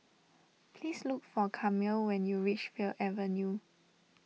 please look for Camille when you reach Fir Avenue